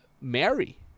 marry